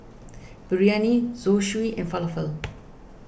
Biryani Zosui and Falafel